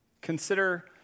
Consider